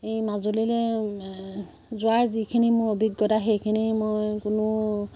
এই মাজুলীলৈ যোৱাৰ যিখিনি মোৰ অভিজ্ঞতা সেইখিনি মই কোনো